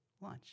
lunch